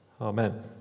amen